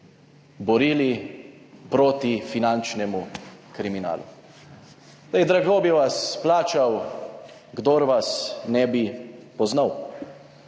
borili proti finančnemu kriminalu. Drago bi vas plačal, kdor vas ne bi poznal.